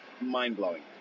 mind-blowing